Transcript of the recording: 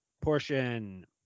portion